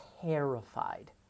terrified